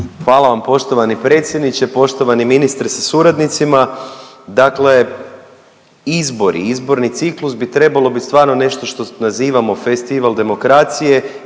Hvala vam poštovani predsjedniče, poštovani ministre sa suradnicima. Dakle, izbori, izborni ciklus bi trebalo biti stvarno nešto što nazivamo festival demokracije